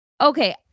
okay